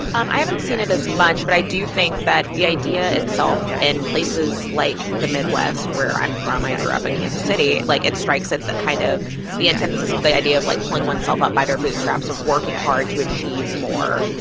i haven't seen it as much. but i do think that the idea itself in places like the midwest, where i'm from i grew up in kansas city like, it strikes at kind of the antithesis of the idea of, like, pulling oneself up by their bootstraps of working hard to achieve more,